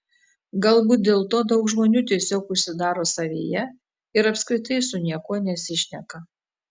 galbūt dėl to daug žmonių tiesiog užsidaro savyje ir apskritai su niekuo nesišneka